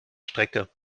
strecke